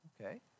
Okay